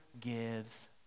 gives